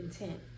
intent